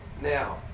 Now